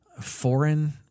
foreign